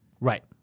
right